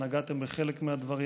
נגעתם בחלק מהדברים.